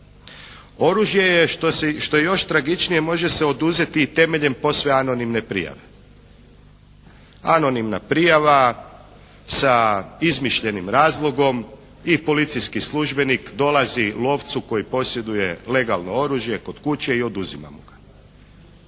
Oružje je što je još tragičnije, može se oduzeti temeljem posve anonimne prijave. Anonimna prijava sa izmišljenim razlogom i policijski službenik dolazi lovcu koji posjeduje legalno oružje kod kuće i oduzima mu ga.